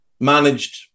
managed